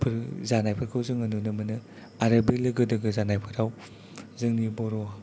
जानायफोरखौ जोङो नुनो मोनो आरो बे लोगो दोगो जानायफोराव जोंनि बर'